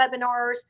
webinars